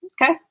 Okay